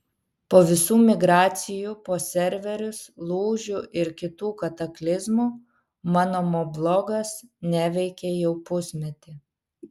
po visų migracijų po serverius lūžių ir kitų kataklizmų mano moblogas neveikė jau pusmetį